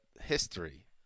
history